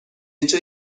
جای